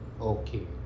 okay